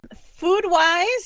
Food-wise